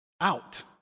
out